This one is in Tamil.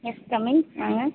யெஸ் கம் இன் வாங்க